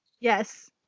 Yes